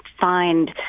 find